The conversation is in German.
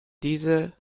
diese